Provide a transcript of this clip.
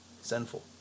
sinful